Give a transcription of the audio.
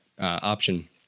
option